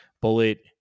bullet